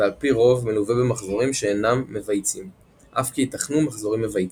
ועל פי רוב מלווה במחזורים שאינם מבייצים אף כי ייתכנו מחזורים מבייצים.